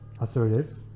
assertive